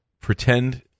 pretend